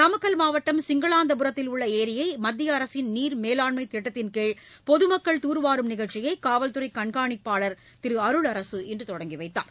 நாமக்கல் மாவட்டம் சிங்களாந்தபுரத்தில் உள்ள ஏரியை மத்திய அரசின் நீர் மேலாண்மை திட்டத்தின்கீழ் பொதமக்கள் தூர்வாரும் நிகழ்ச்சியை காவல்துறை கண்காணிப்பாளர் திரு அருளரசு இன்று தொடங்கி வைத்தார்